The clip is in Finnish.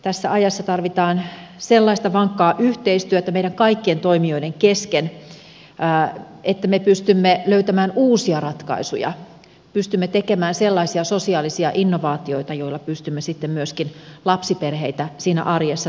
tässä ajassa tarvitaan sellaista vankkaa yhteistyötä meidän kaikkien toimijoiden kesken että me pystymme löytämään uusia ratkaisuja pystymme tekemään sellaisia sosiaalisia innovaatioita joilla pystymme sitten myöskin lapsiperheitä siinä arjessa tukemaan